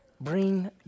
bring